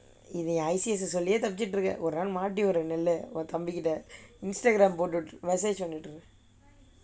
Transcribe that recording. I_C_S சொல்லி தப்பிச்சிக்கிட்டே இருக்கேன் ஒரு நாள் மாட்டிடுவேன் உன் தம்பி கிட்டே:solli tappichikittae irukkaen oru naal maattiduvaen un thambi kittae Instagram போட்டு:pottu message அனுப்பிடு:anuppidu